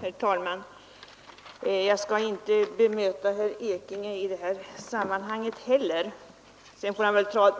Herr talman! Jag skall inte bemöta herr Ekinge i det här sammanhanget heller — sedan får han